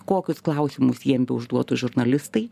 kokius klausimus jiem beužduotų žurnalistai